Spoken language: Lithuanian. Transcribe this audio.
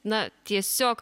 na tiesiog